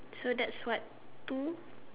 so that's what two